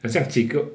好像几个